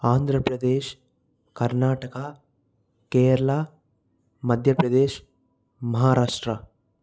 Andhra Pradesh Karnataka Kerala Madhya Pradesh Maharashtra